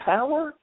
Power